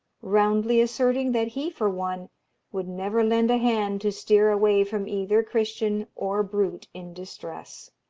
roundly asserting that he for one would never lend a hand to steer away from either christian or brute in distress.